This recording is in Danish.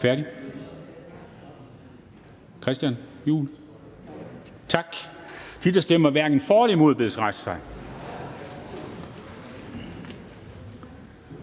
bedes rejse sig. Tak. De, der stemmer hverken for eller imod, bedes rejse sig.